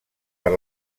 per